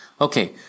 Okay